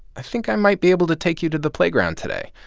i think i might be able to take you to the playground today,